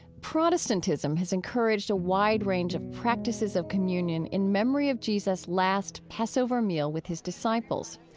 protestantism has encouraged a wide range of practices of communion in memory of jesus' last passover meal with his disciples.